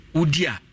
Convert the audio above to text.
udia